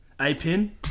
A-pin